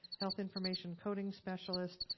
health information coding specialist,